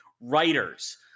writers